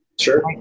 Sure